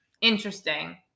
Interesting